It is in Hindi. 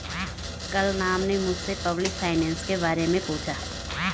कल राम ने मुझसे पब्लिक फाइनेंस के बारे मे पूछा